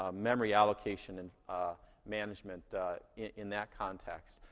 ah memory allocation and ah management in that context.